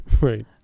Right